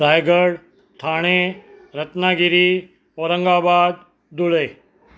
Raigad Thane Ratnagiri Aurangabad Dhule